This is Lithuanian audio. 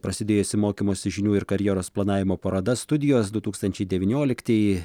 prasidėjusi mokymosi žinių ir karjeros planavimo paroda studijos du tūkstančiai devynioliktieji